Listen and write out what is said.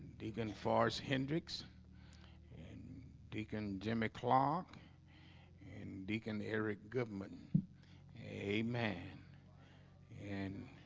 deacon farce hendricks and deacon jimmy clark and deacon eric government a man and